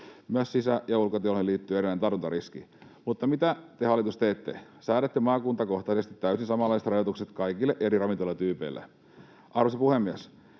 Myös sisä‑ ja ulkotiloihin liittyy erilainen tartuntariski, mutta mitä te, hallitus, teette? Säädätte maakuntakohtaisesti täysin samanlaiset rajoitukset kaikille eri ravintolatyypeille. Arvoisa puhemies!